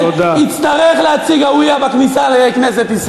יצטרך להציג הַוִיֶּה בכניסה לכנסת ישראל.